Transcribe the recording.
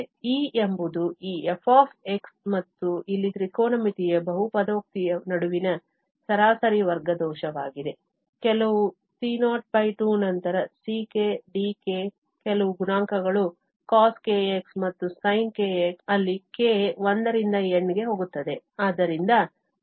E ಎಂಬುದು ಈ f ಮತ್ತು ಇಲ್ಲಿ ತ್ರಿಕೋನಮಿತಿಯ ಬಹುಪದೋಕ್ತಿಗಳ ನಡುವಿನ ಸರಾಸರಿ ವರ್ಗ ದೋಷವಾಗಿದೆ ಕೆಲವು c02 ನಂತರ ck ಮತ್ತು dk ಕೆಲವು ಗುಣಾಂಕಗಳು coskx ಮತ್ತು sinkx ಅಲ್ಲಿ k 1 ರಿಂದ N ಗೆ ಹೋಗುತ್ತದೆ